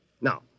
Now